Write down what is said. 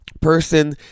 person